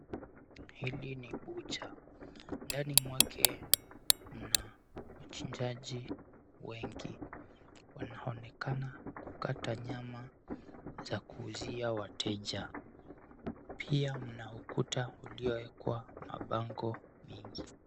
Hili ni bucha. Ndani mwake mna wachinjaji wengi. Wanaonekana kukata nyama za kuuzia wateja. Pia, mna ukuta uliowekwa mabango mingi.